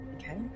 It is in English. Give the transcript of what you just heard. okay